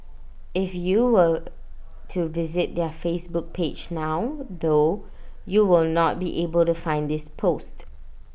if you were to visit their Facebook page now though you will not be able to find this post